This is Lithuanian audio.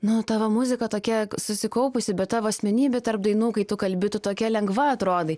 nu tavo muzika tokia susikaupusi bet tavo asmenybė tarp dainų kai tu kalbi tu tokia lengva atrodai